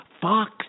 Fox